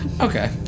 Okay